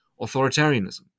authoritarianism